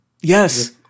Yes